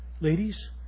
Ladies